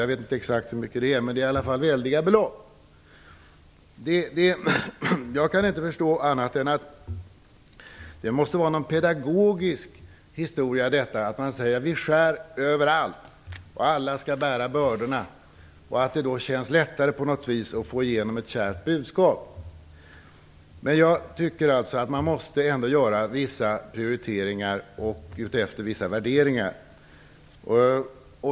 Jag vet inte exakt hur mycket det är, men det är i alla fall väldiga belopp. Jag kan inte förstå annat än att det måste vara någon pedagogisk historia när man säger: Vi skär överallt. Alla skall bära bördorna. På något vis känns det kanske lättare då att få igenom ett kärvt budskap. Jag tycker alltså att man ändå måste göra vissa prioriteringar, efter vissa värderingar.